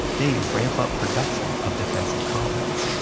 they ramp up production of defensive compounds.